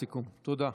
תודה.